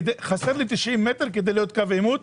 חסרים לנו 90 מטר כדי להיות מוגדרים קו עימות,